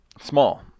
small